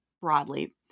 broadly